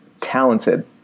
talented